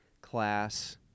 class